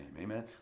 amen